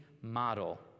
model